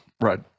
Right